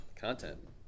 Content